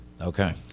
okay